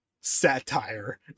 satire